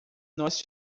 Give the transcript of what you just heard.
nós